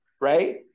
right